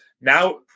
now